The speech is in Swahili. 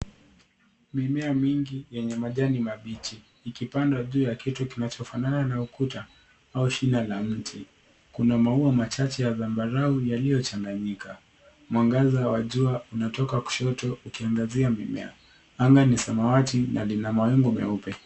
Mimea mingi yenye majani mabichi ikipanda juu ya kitu kinachofanana na ukuta au shina la mti. Kuna maua machache ya zambarau yaliyochanganyika. Mwangaza wa jua unatoka kushoto ukiangazia mimea. Anga ni samawati na lina mawingu meupe.